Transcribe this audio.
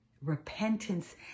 repentance